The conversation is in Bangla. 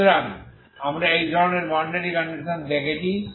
সুতরাং আমরা এই ধরনের বাউন্ডারি কন্ডিশনস দেখেছি